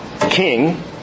king